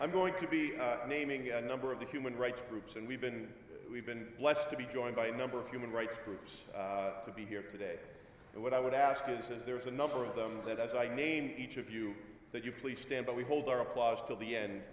i'm going to be naming a number of the human rights groups and we've been we've been blessed to be joined by a number of human rights groups to be here today and what i would ask is there's a number of them that i named each of you that you please stand but we hold our applause till the end